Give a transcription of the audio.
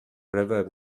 river